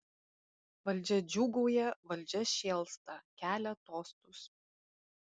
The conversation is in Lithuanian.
valdžia džiūgauja valdžia šėlsta kelia tostus